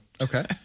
okay